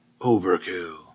overkill